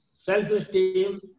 self-esteem